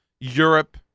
Europe